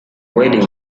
wedding